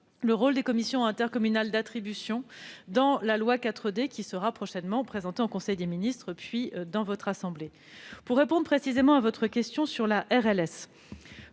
le rôle des commissions intercommunales d'attribution dans le projet de loi 4D qui sera prochainement présenté en conseil des ministres, puis examiné par votre assemblée. Pour répondre précisément à votre question sur la RLS,